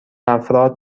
افراد